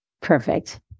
Perfect